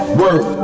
work